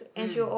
mm